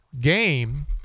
game